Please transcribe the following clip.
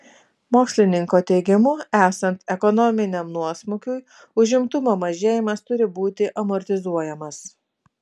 mokslininko teigimu esant ekonominiam nuosmukiui užimtumo mažėjimas turi būti amortizuojamas